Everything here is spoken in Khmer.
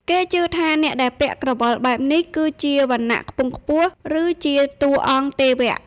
គេជឿថាអ្នកដែលពាក់ក្រវិលបែបនេះគឺជាវណ្ណៈខ្ពង់ខ្ពស់ ឬជាតួអង្គទេវៈ។